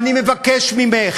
ואני אומר לך עכשיו,